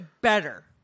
better